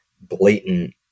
blatant